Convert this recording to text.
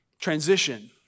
transition